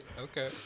Okay